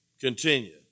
continue